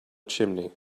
chimney